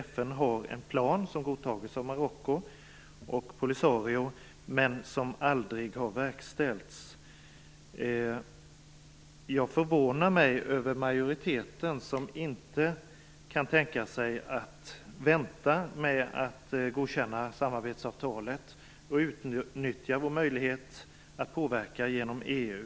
FN har en plan som har godtagits av Marocko och av Polisario, men den har aldrig verkställts. Det förvånar mig att majoriteten inte kan tänka sig att vänta med att godkänna samarbetsavtalet och utnyttja vår möjlighet att påverka genom EU.